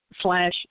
slash